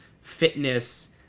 fitness